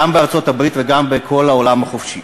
בארצות-הברית וגם בכל העולם החופשי.